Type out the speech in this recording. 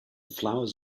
flowers